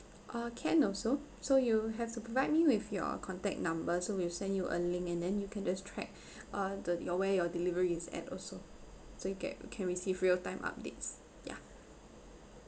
uh can also so you have to provide me with your contact number so we'll send you a link and then you can just track uh the your where your deliveries is at also so you get can receive real time updates ya